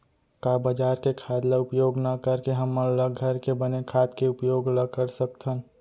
का बजार के खाद ला उपयोग न करके हमन ल घर के बने खाद के उपयोग ल कर सकथन?